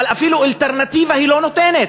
אבל אפילו אלטרנטיבה היא לא נותנת,